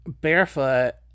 barefoot